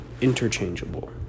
interchangeable